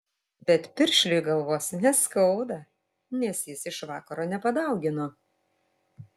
bet piršliui galvos neskauda nes jis iš vakaro nepadaugino